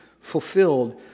fulfilled